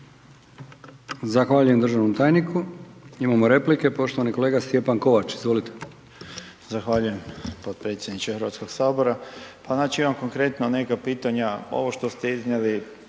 Zahvaljujem državnom tajniku. Imamo replike, poštovani kolega Stjepan Kovač, izvolite. **Kovač, Stjepan (SDP)** Zahvaljujem potpredsjedniče HS. Pa znači ja imam konkretno neka pitanja, ovo što ste iznijeli